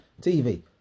TV